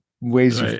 ways